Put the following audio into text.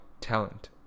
talent